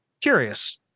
Curious